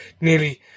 nearly